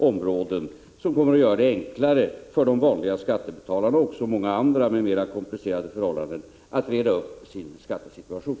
Det är förenklingar som kommer att göra det lättare både för de vanliga inkomsttagarna och för många andra med mera komplicerade förhållanden att reda upp sin skattesituation.